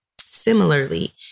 Similarly